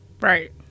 Right